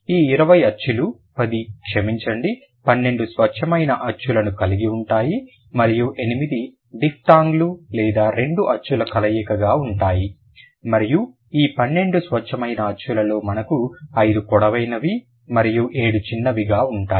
ఈ 20 అచ్చులు 10 క్షమించండి 12 స్వచ్ఛమైన అచ్చులను కలిగి ఉంటాయి మరియు 8 డిఫ్థాంగ్లు లేదా రెండు అచ్చుల కలయికగా ఉంటాయి మరియు ఈ 12 స్వచ్ఛమైన అచ్చులలో మనకు 5 పొడవైనవి మరియు 7 చిన్నవిగా ఉంటాయి